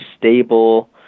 stable